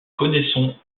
connaissons